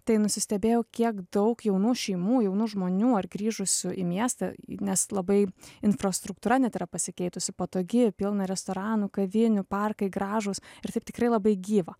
tai nusistebėjau kiek daug jaunų šeimų jaunų žmonių ar grįžusių į miestą nes labai infrastruktūra net yra pasikeitusi patogi pilna restoranų kavinių parkai gražūs ir taip tikrai labai gyva